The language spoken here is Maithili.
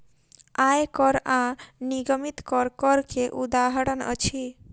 आय कर आ निगमित कर, कर के उदाहरण अछि